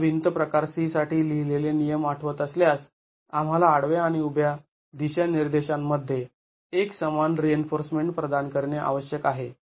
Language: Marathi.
तुम्हाला भिंत प्रकार C साठी लिहिलेले नियम आठवत असल्यास आम्हाला आडव्या आणि उभ्या दिशानिर्देशांमध्ये एकसमान रिइन्फोर्समेंट प्रदान करणे आवश्यक आहे